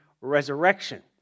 resurrection